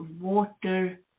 water